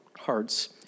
hearts